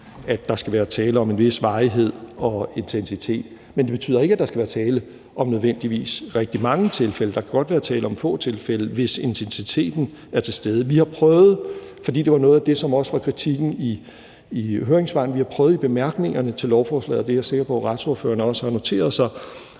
at der skal være tale om en vis varighed og intensitet. Men det betyder ikke, at der nødvendigvis skal være tale om rigtig mange tilfælde. Der kan godt være tale om få tilfælde, hvis intensiteten er til stede. Det var noget af det, som også var kritikken i høringssvarene. Vi har prøvet i bemærkningerne til lovforslaget – det er jeg sikker på at retsordførerne også har noteret sig